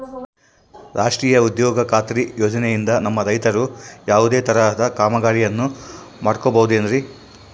ರಾಷ್ಟ್ರೇಯ ಉದ್ಯೋಗ ಖಾತ್ರಿ ಯೋಜನೆಯಿಂದ ನಮ್ಮ ರೈತರು ಯಾವುದೇ ತರಹದ ಕಾಮಗಾರಿಯನ್ನು ಮಾಡ್ಕೋಬಹುದ್ರಿ?